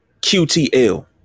QTL